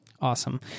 Awesome